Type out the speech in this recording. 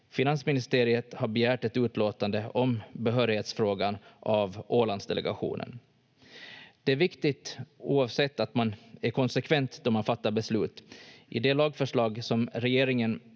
Finansministeriet har begärt ett utlåtande om behörighetsfrågan av Ålandsdelegationen. Oavsett det är det viktigt att man är konsekvent då man fattar beslut. I det lagförslag som regeringen